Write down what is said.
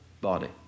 body